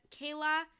Kayla